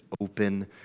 open